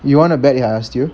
you wanna bet I asked you